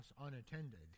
unattended